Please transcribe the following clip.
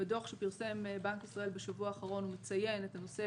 בדוח שפרסם בנק ישראל בשבוע האחרון הוא מציין את הנושא